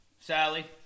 Sally